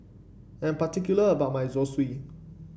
I'm particular about my Zosui